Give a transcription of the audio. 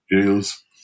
jails